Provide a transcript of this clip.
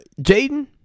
Jaden